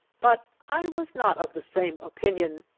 but i was not of the same opinion.